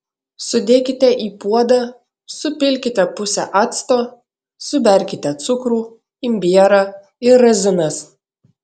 sudėkite į puodą supilkite pusę acto suberkite cukrų imbierą ir razinas